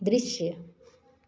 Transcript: दृश्य